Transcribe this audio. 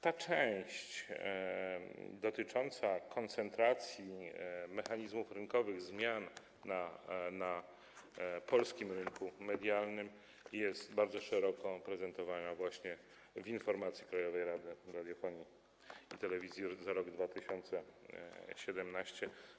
Ta część dotycząca koncentracji mechanizmów rynkowych, zmian na polskim rynku medialnym jest bardzo szeroko prezentowana właśnie w informacji Krajowej Rady Radiofonii i Telewizji za rok 2017.